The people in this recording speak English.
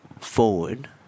forward